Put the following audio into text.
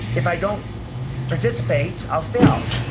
if i don't participate, i'll fail.